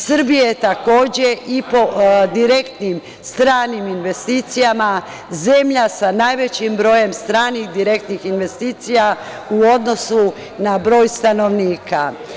Srbija je, takođe i po direktnim stranim investicijama, zemlja sa najvećim brojem stranih direktnih investicija u odnosu na broj stanovnika.